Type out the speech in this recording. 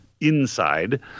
inside